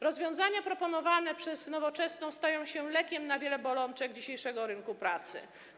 Rozwiązania proponowane przez Nowoczesną stają się lekiem na wiele bolączek dzisiejszego rynku pracy.